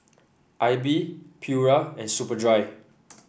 AIBI Pura and Superdry